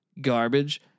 garbage